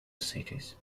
cities